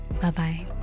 Bye-bye